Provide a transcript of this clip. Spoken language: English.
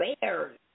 Bears